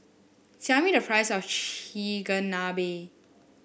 tell me the price of Chigenabe